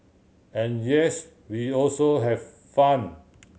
and yes we also have fun